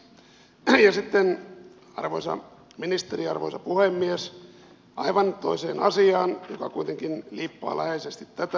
ja sitten arvoisa ministeri arvoisa puhemies aivan toiseen asiaan joka kuitenkin liippaa läheisesti tätä